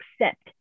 accept